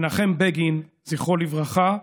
מנחם בגין, זכרו לברכה,